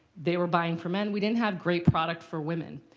they were buying for men. we didn't have great product for women.